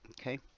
okay